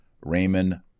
Raymond